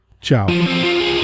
Ciao